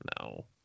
No